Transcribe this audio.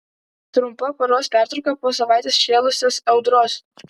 trumpa paros pertrauka po savaitę šėlusios audros